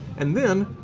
and then,